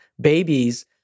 babies